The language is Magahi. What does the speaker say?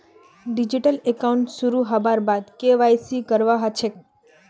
डिजिटल अकाउंट शुरू हबार बाद के.वाई.सी करवा ह छेक